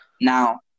now